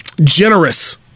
generous